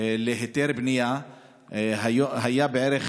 להיתר בנייה היו בערך